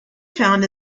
found